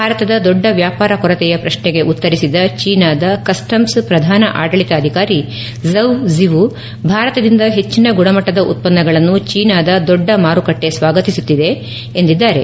ಭಾರತದ ದೊಡ್ಡ ವ್ಯಾಪಾರ ಕೊರತೆಯ ಪ್ರಕ್ನೆಗೆ ಉತ್ತರಿಸಿದ ಚೀನಾದ ಕಸ್ಸಮ್ಸ್ ಪ್ರಧಾನ ಆಡಳಿತಾಧಿಕಾರಿ ಜೌ ಝಿವು ಭಾರತದಿಂದ ಹೆಜ್ಜನ ಗುಣಮಟ್ಟದ ಉತ್ಪನ್ನಗಳನ್ನು ಚೀನಾದ ದೊಡ್ಡ ಮಾರುಕಟ್ಟೆ ಸ್ವಾಗುತ್ತಿದೆ ಎಂದಿದ್ದಾರೆ